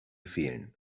fehlen